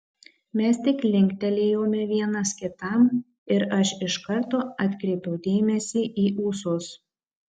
mes tik linktelėjome vienas kitam ir aš iš karto atkreipiau dėmesį į ūsus